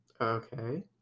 okay